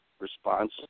response